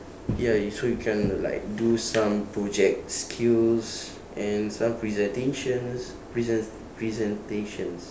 ya you so you can like do some projects skills and some presentations present presentations